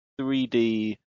3d